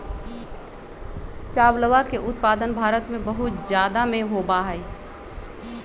चावलवा के उत्पादन भारत में बहुत जादा में होबा हई